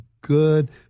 good